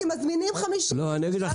כי מזמינים 50 לשעה 8:30. לא, אני אגיד לך.